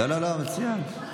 לא, מצוין.